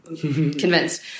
Convinced